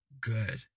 good